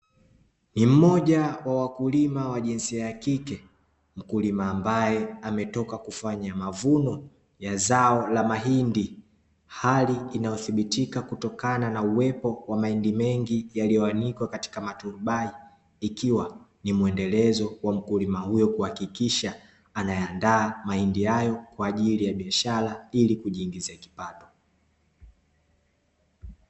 Ni mmoja wa wakulima wa jinsia ya kike, mkulima ambaye ametoka kufanya mavuno ya zao la mahindi, hali inayothibitika kwa uwepo wa mahindi mengi yaliyoanikwa katika maturubai, ikiwa ni muendelezo wa mkulima huyo kuhakikisha anayaandaa mahindi hayo, kwa ajili ya biashara ili kujiingizia kipato.